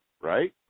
right